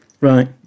right